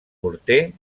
morter